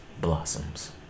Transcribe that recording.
blossoms